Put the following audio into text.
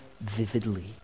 vividly